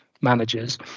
managers